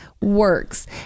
works